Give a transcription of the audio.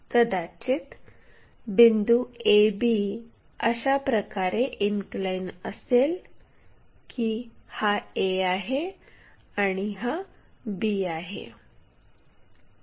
कदाचित बिंदू AB अशा प्रकारे इनक्लाइन असेल की हा A आहे हा B आहे